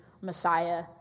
Messiah